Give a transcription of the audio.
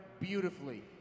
beautifully